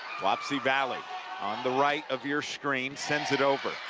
wapsie valley on the right of your screen sends it over.